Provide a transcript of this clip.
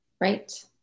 Right